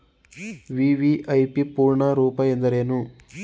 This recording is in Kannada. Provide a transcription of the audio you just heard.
ವಿ.ವಿ.ಐ.ಪಿ ಪೂರ್ಣ ರೂಪ ಎಂದರೇನು?